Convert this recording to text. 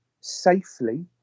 safely